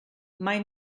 mai